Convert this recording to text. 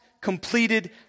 completed